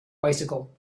bicycle